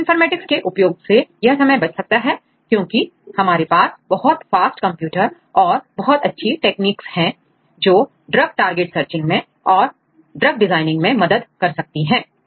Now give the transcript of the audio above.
bioinformatics के उपयोग से यह समय बच सकता है क्योंकि हमारे पास बहुत फास्ट कंप्यूटर और बहुत अच्छी टेक्निक्स हैं जो ड्रग टारगेटसर्चिंग में और ड्रग डिजाइनिंग मैं मदद कर सकती हैं